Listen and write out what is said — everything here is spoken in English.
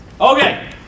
Okay